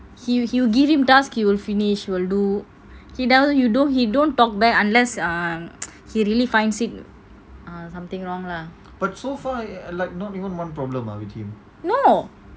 he he'll give him task he will finish will do he doesn't you don't he don't talk back unless he really finds it err something wrong lah no